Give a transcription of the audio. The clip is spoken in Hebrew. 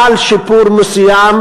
חל שיפור מסוים